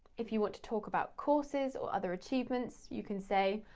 if you want to talk about courses or other achievements, you can say,